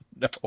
no